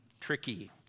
tricky